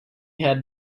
had